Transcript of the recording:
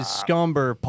scumber